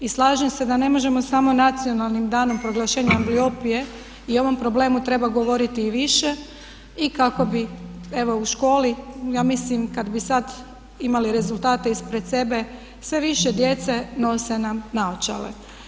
I slažem se da ne možemo samo nacionalnim danom proglašenja ambliopije i o ovom problemu treba govoriti i više i kako bi evo u školi, ja mislim kad bi sad imali rezultate ispred sebe sve više djece nose nam naočale.